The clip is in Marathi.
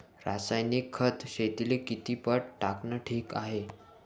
रासायनिक खत शेतीले किती पट टाकनं ठीक हाये?